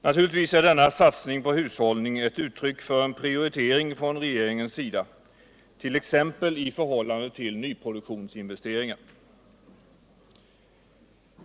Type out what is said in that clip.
Naturligtvis är denna satsning på hushållningen ett uttryck för en prioritering från regeringens sida, t.ex. i förhållande till nyproduktionsinvesleringar.